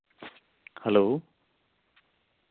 hello